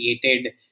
created